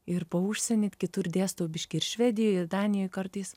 ir po užsienį kitur dėstau biškį ir švedijoje ir danijoje kartais